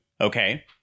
Okay